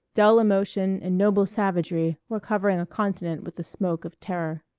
dull emotion and noble savagery were covering a continent with the smoke of terror.